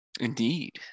Indeed